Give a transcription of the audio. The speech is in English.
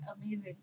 amazing